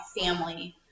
family